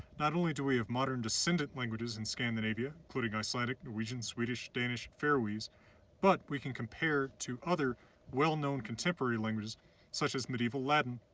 not only do we have modern descendant languages in scandinavia including icelandic, norwegian, swedish, danish, faroese, but we can compare to other well-known contemporary languages such as medieval latin,